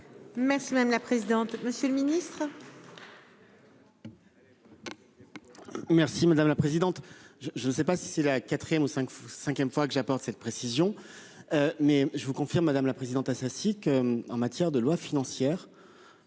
Merci madame la présidente. Monsieur le Ministre.